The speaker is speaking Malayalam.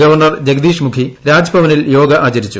ഗവർണർ ജഗ്ദ്ദീഷ് മുഖി രാജ്ഭവനിൽ യോഗ ആചരിച്ചു